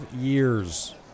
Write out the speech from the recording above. years